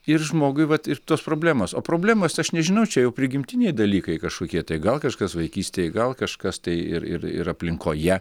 ir žmogui vat ir tos problemos o problemos aš nežinau čia jau prigimtiniai dalykai kažkokie tai gal kažkas vaikystėj gal kažkas tai ir ir ir aplinkoje